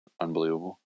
Unbelievable